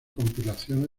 compilaciones